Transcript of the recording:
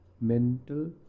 mental